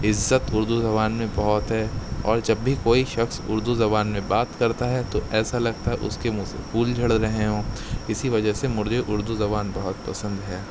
عزت اردو زبان میں بہت ہے اور جب بھی کوئی شخص اردو زبان میں بات کرتا ہے تو ایسا لگتا ہے اس کے منھ سے پھول جھڑ رہے ہوں اسی وجہ سے مجھے اردو زبان بہت پسند ہے